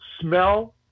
smell